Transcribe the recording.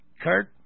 Kurt